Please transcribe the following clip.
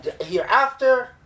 hereafter